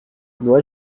noël